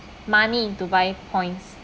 money to buy points